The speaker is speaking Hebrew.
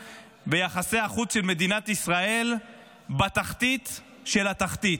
ויחסי החוץ של מדינת ישראל בתחתית של התחתית.